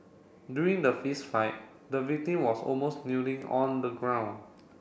during the fist fight the victim was almost kneeling on the ground